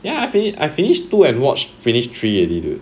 ya I finish I finish two and watch finish three already dude